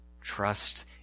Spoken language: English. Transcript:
Trust